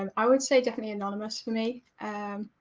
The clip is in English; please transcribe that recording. um i would say definitely anonymous for me.